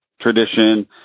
tradition